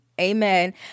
Amen